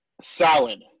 Salad